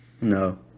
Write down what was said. No